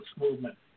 movement